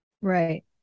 Right